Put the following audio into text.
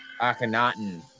Akhenaten